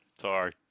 Sorry